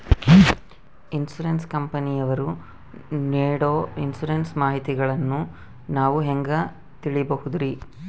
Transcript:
Insurance ಕಂಪನಿಯವರು ನೇಡೊ insurance ಮಾಹಿತಿಗಳನ್ನು ನಾವು ಹೆಂಗ ತಿಳಿಬಹುದ್ರಿ?